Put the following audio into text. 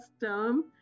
term